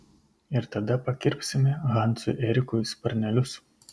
ir tada pakirpsime hansui erikui sparnelius